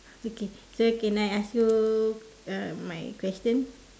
okay so okay now I ask you uh my question